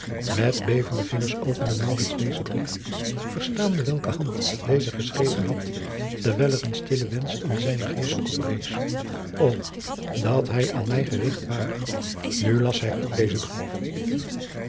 met bevende vingers opende maurits dezen brieft verstaande welke hand dezen geschreven had terwijl er een stille wensch in zijnen geest oprees och dat hij aan mij gerigt ware nu las hij ook dezen brief